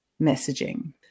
messaging